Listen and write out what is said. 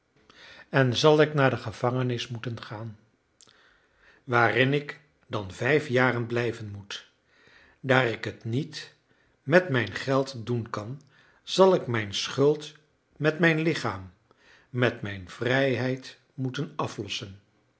en zal ik naar de gevangenis moeten gaan waarin ik dan vijf jaren blijven moet daar ik het niet met mijn geld doen kan zal ik mijn schuld met mijn lichaam met mijn vrijheid moeten aflossen